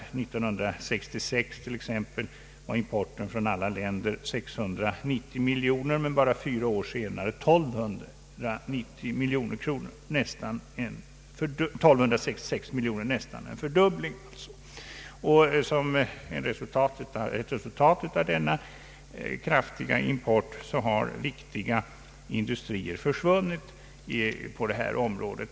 år 1966 uppgick värdet av importerade varor från alla länder till 690 miljoner kronor men bara fyra år senare till 1266 miljoner kronor, således nästan en fördubbling. Som ett resultat av denna kraftiga import har viktiga industrier försvunnit på området.